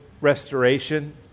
restoration